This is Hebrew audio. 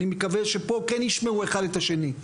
אני מקווה שפה כן ישמעו אחד את השני.